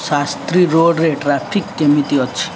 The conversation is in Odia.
ଶାସ୍ତ୍ରୀ ରୋଡ଼ରେ ଟ୍ରାଫିକ୍ କେମିତି ଅଛି